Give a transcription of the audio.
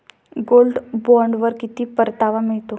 Gold बॉण्डवर किती परतावा मिळतो?